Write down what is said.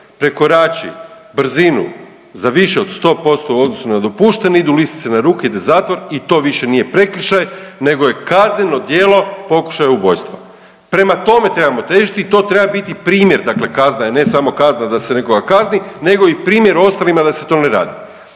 prekorači brzinu za više od 100% u odnosu na dopušteni idu lisice na ruke, ide zatvor i to više nije prekršaj nego je kazneno djelo pokušaja ubojstva. Prema tome trebamo težiti i to treba biti primjer, dakle kazna je ne samo kazna da se nekoga kazni nego i primjer ostalima da se to ne radi.